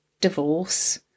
divorce